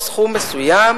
או סכום מסוים,